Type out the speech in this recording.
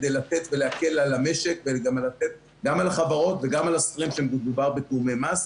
כדי לתת ולהקל על המשק גם על חברות וגם על השכירים כשמדובר בתיאומי מס.